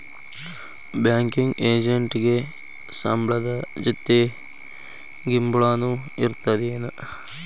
Banking ಎಜೆಂಟಿಗೆ ಸಂಬ್ಳದ್ ಜೊತಿ ಗಿಂಬ್ಳಾನು ಇರ್ತದೇನ್?